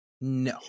No